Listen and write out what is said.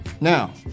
Now